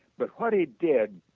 but what he did,